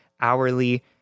hourly